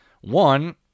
One